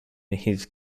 his